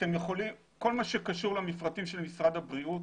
כל מה שקשור למפרטים של משרד הבריאות,